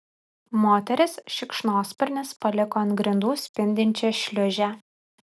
moteris šikšnosparnis paliko ant grindų spindinčią šliūžę